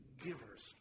givers